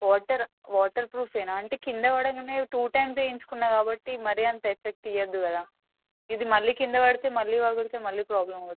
water water ప్రూఫ్యేనా అంటే క్రింద పడగానే టు టైమ్స్ వేయించుకున్నాను కాబట్టి మరీ అంత ఎఫెక్ట్ ఇవ్వద్దు కదా ఇది మళ్ళీ క్రింద పడితే మళ్ళీ పగిలితే మళ్ళీ ప్రాబ్లమ్ అవుతుంది